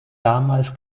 damals